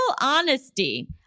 honesty